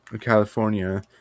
California